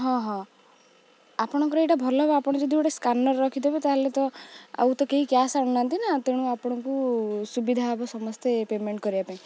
ହଁ ହଁ ଆପଣଙ୍କର ଏଇଟା ଭଲ ହବ ଆପଣ ଯଦି ଗୋଟେ ସ୍କାନର ରଖିଦେବେ ତା'ହେଲେ ତ ଆଉ ତ କେହି କ୍ୟାସ୍ ଆଣୁନାହାନ୍ତି ନା ତେଣୁ ଆପଣଙ୍କୁ ସୁବିଧା ହବ ସମସ୍ତେ ପେମେଣ୍ଟ କରିବା ପାଇଁ